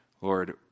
Lord